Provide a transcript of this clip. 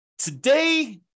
Today